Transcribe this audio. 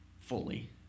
fully